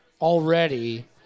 already